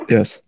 Yes